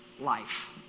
life